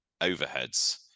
overheads